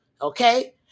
okay